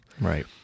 Right